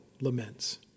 laments